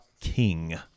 king